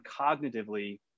cognitively